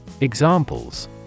Examples